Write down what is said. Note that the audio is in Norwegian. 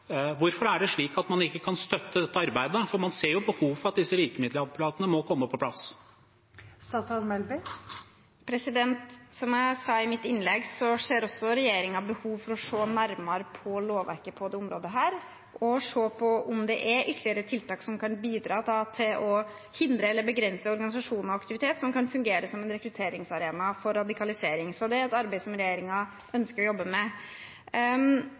Hvorfor er det slik at man ikke kan støtte dette arbeidet? For man ser jo behov for at disse virkemiddelapparatene må komme på plass. Som jeg sa i mitt innlegg, ser også regjeringen behov for å se nærmere på lovverket på dette området og å se på om det er ytterligere tiltak som kan bidra til å hindre eller begrense organisasjoner og aktivitet som kan fungere som en rekrutteringsarena for radikalisering. Det er et arbeid regjeringen ønsker å jobbe med.